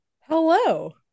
hello